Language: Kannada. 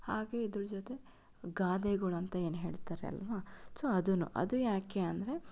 ಹಾಗೆ ಇದರ ಜೊತೆ ಗಾದೆಗಳಂತ ಏನು ಹೇಳ್ತಾರೆ ಅಲ್ವಾ ಸೊ ಅದು ಅದು ಯಾಕೆ ಅಂದರೆ